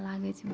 अच्छा लागै छै